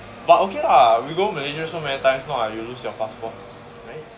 but okay lah we go malaysia so many times not like you lose your passport right